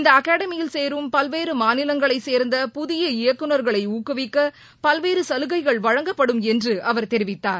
இந்த அகாடமியில் சேரும் பல்வேறு மாநிலங்களை சேர்ந்த புதிய இயக்குநர்களை ஊக்குவிக்க பல்வேறு சலுகைகள் வழங்கப்படும் என்று அவர் தெரிவித்தார்